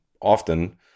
often